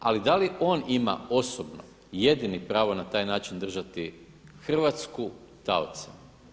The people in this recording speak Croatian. Ali da on ima osobno jedini pravo na taj način držati Hrvatsku taocem?